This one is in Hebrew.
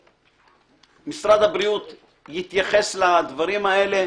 משרד הבריאות יתייחס לדברים האלה,